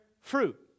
fruit